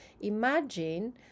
imagine